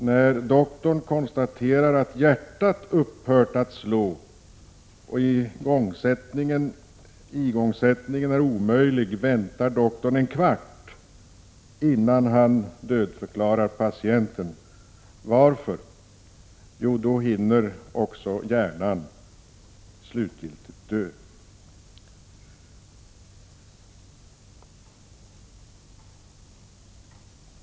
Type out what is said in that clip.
När doktorn konstaterar att hjärtat upphört att slå och igångsättning är omöjlig väntar doktorn en kvart innan han dödförklarar patienten. Varför?” — Jo, då hinner också hjärnan slutgiltigt dö.